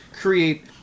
create